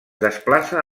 desplaça